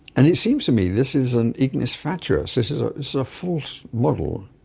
and it seems to me this is an ignis fatuus, this is ah is a false model.